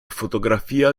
fotografia